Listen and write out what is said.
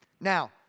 Now